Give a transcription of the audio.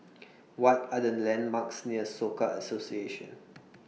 What Are The landmarks near Soka Association